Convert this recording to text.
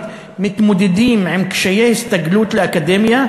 מתמודדים עם קשיי הסתגלות לאקדמיה,